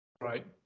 Right